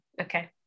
Okay